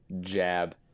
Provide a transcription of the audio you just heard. jab